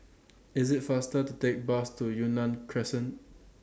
IS IT faster to Take Bus to Yunnan Crescent